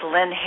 Lynn